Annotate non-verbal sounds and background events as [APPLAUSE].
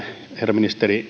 herra ministeri [UNINTELLIGIBLE]